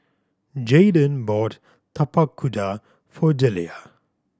Jayden bought Tapak Kuda for Deliah